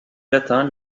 latin